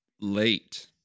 late